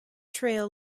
trail